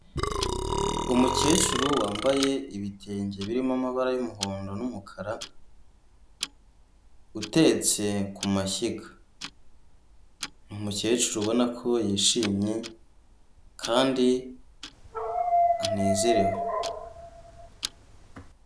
Umukecuru wambaye ibitenge birimo amabara y'umuhondo n'umukara, utetse ku mashyiga. Ni umukecuru ubona ko yishimye kandi anezerewe.